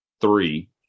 three